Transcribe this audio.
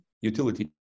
utility